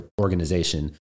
organization